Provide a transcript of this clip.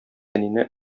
әнине